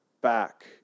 back